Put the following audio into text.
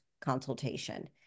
consultation